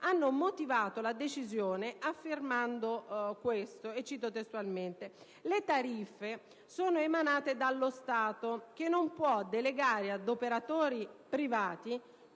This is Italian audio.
hanno motivato la decisione affermando che «le tariffe sono emanate dallo Stato che non può delegare ad operatori privati,